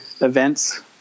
events